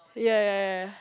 ya ya ya ya